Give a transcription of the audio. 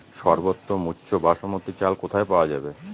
সর্বোওম উচ্চ বাসমতী চাল কোথায় পওয়া যাবে?